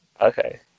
Okay